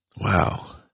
Wow